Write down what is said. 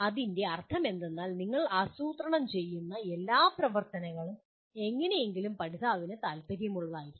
അതിൻ്റെ അർത്ഥമെന്തെന്നാൽ ഞങ്ങൾ ആസൂത്രണം ചെയ്യുന്ന എല്ലാ പ്രവർത്തനങ്ങളും എങ്ങനെയെങ്കിലും പഠിതാവിന് താൽപ്പര്യമുള്ളതായിരിക്കണം